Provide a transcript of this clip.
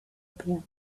built